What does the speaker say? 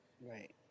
right